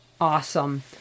Awesome